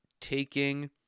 taking